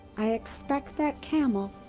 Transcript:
i expect that camel,